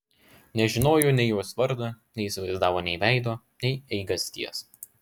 nežinojo nei jos vardo neįsivaizdavo nei veido nei eigasties